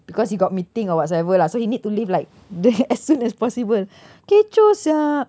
because he got meeting or whatsoever lah so he need to leave like there as soon as possible kecoh sia